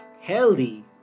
healthy